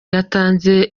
yatanze